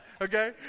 okay